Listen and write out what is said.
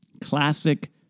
Classic